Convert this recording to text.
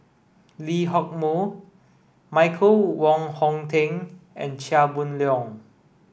Lee Hock Moh Michael Wong Hong Teng and Chia Boon Leong